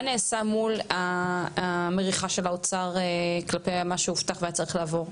נעשה מול המריחה של האוצר כלפי מה שהובטח והיה צריך לעבור?